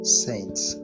saints